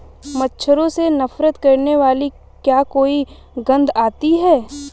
मच्छरों से नफरत करने वाली क्या कोई गंध आती है?